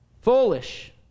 Foolish